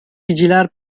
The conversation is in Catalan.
vigilar